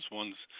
one's